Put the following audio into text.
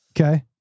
okay